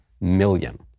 million